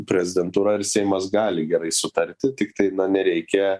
prezidentūra ir seimas gali gerai sutarti tiktai na nereikia